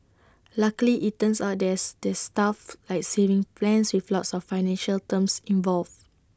luckily IT turns out thus there's stuff like savings plans with lots of financial terms involved